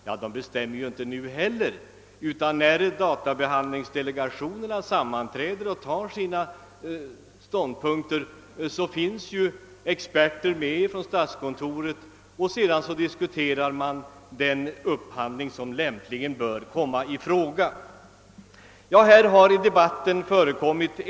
Men de bestämmer ju inte heller nu ensamma, utan när databehandlingsdelegationerna sammanträder och skall fatta ståndpunkt finns experter från statskontoret med, och man diskuterar den upphandling som lämpligen bör komma i fråga. Delegationen avlämnar förslag i ärendet.